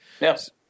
Yes